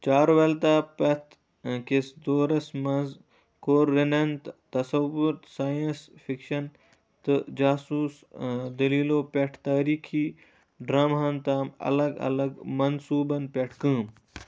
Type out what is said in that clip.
چاروَلتا پَتھ كِس دورس منٛز کوٚر وِنَن تہٕ تصوُر ساینس فِکشَن تہٕ جاسوٗس دٔلیٖلو پٮ۪ٹھ تٲریٖخی ڈرٛامہَن تام الگ الگ منصوٗبن پٮ۪ٹھ کٲم